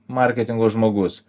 marketingo žmogus